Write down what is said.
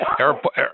airport